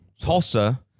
Tulsa